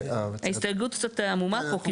ההסתייגות קצת עמומה פה.